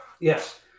yes